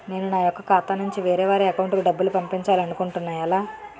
నేను నా యెక్క ఖాతా నుంచి వేరే వారి అకౌంట్ కు డబ్బులు పంపించాలనుకుంటున్నా ఎలా?